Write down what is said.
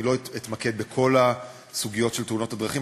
אני לא אתמקד בכל הסוגיות של תאונות הדרכים,